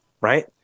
Right